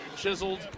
chiseled